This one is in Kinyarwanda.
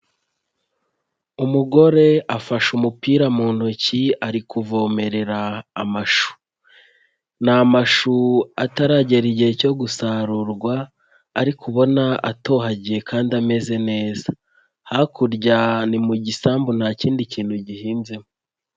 Umugore afashe umupira mu ntoki ari kuvomerera amashu, ni amashu ataragera igihe cyo gusarurwa ariko ubona atohagiye kandi ameze neza, hakurya ni mu gisambu nta kindi kintu gihinzemo.